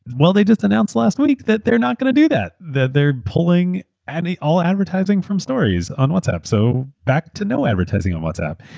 well, they just announced last week that they're not going to do that. that they're pulling and all advertising from stories on whatsapp, so back to no advertising on whatsapp.